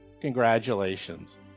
Congratulations